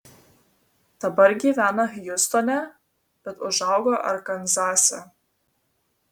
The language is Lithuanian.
dabar gyvena hjustone bet užaugo arkanzase